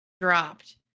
dropped